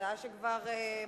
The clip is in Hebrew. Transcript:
הצעה שכבר מיושמת.